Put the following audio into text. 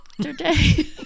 today